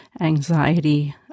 anxiety